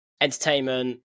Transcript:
entertainment